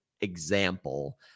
example